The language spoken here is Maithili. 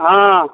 हँ